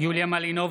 יוליה מלינובסקי,